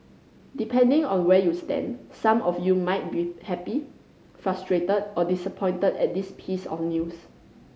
depending on where you stand some of you might be happy frustrated or disappointed at this piece of news